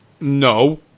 No